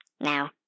now